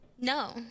No